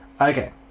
Okay